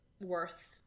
worth